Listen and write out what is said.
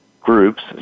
groups